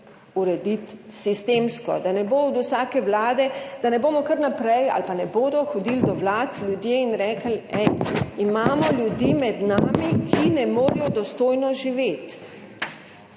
urediti sistemsko, da ne bo od vsake Vlade, da ne bomo kar naprej ali pa ne bodo hodili do vlad ljudje in rekli, imamo ljudi med nami, ki ne morejo dostojno živeti